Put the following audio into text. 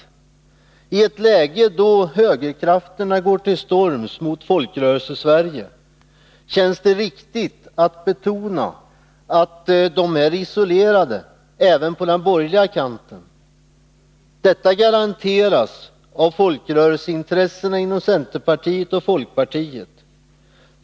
I ett läge då högerkrafterna går till storms mot Folkrörelsesverige känns det riktigt att betona att de är isolerade även på den borgerliga kanten. Detta garanteras av folkrörelseintressena inom centerpartiet och folkpartiet.